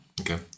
Okay